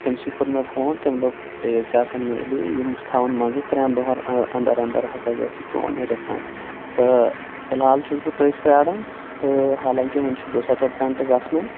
تٔمۍ سٕے کوٚر مےٚ فون تٔمۍ دوٚپ ژےٚ ہسا میلہِ یِم چھِ تھَاوان منٛزٕ ترٛٮ۪ن دۄہَن اندر اندر ہَسا گژھِ چون یہِ رِفنٛڈ تہٕ فلحال چھُس بہٕ تٔتھۍ پیاران تہٕ حالانکہ وُنہِ چھِ دُسَتَتھ گَنٹہٕ گژھنَے